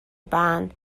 بند